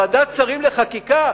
ועדת שרים לחקיקה,